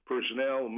personnel